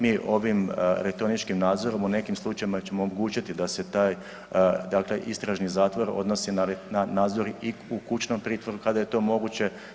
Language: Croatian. Mi ovim elektroničkim nadzorom u nekim slučajevima ćemo omogućiti da se taj dakle istražni zatvor odnosi na nadzor i u kućnom pritvoru kada je to moguće.